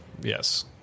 Yes